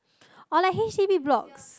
or like H_D_B blocks